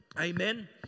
Amen